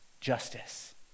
justice